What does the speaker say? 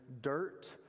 dirt